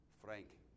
Frank